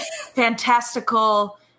fantastical